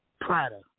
Prada